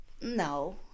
No